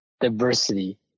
diversity